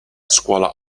scuola